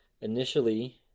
Initially